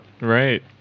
right